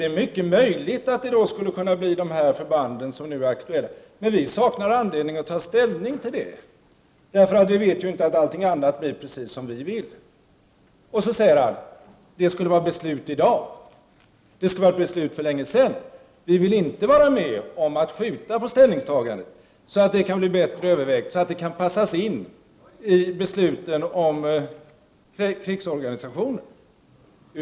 Det är fullt möjligt att det skulle kunna bli de förband som nu är aktuella, men vi saknar anledning att ta ställning till det därför att vi ju inte vet att allt annat blir precis som vi vill. Så säger han att vi skulle fatta beslut i dag, att beslut skulle ha fattats för länge sedan. — Han säger att folkpartiet inte vill vara med om att skjuta på ställningstagandet i väntan på bättre överväganden så att det hela kunde passas in i besluten om krigsorganisationen.